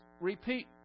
repeat